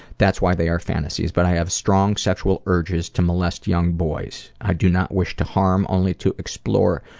that's why they are fantasies, but i have strong sexual urges to molest young boys. i do not wish to harm, only to explore,